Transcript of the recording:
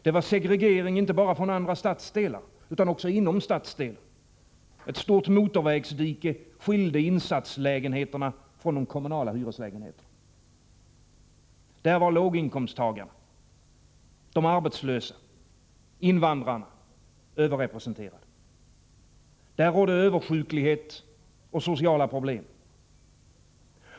Det var segregering inte bara från andra stadsdelar utan också inom stadsdelen; ett stort motorvägsdike skilde insatslägenheterna från de kommunala hyreslägenheterna. Där var låginkomsttagarna, de arbetslösa och invandrarna överrepresenterade. Där rådde översjuklighet och sociala problem.